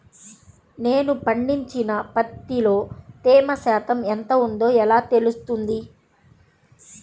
నేను పండించిన పత్తిలో తేమ శాతం ఎంత ఉందో ఎలా తెలుస్తుంది?